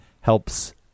helps